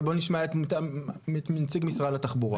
אבל בוא נשמע את נציג משרד התחבורה.